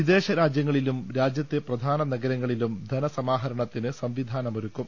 വിദേശ രാജ്യങ്ങളിലും രാജ്യത്തെ പ്രധാന നഗരങ്ങളിലും ധനസമാഹരണത്തിന് സംവിധാനമൊരുക്കും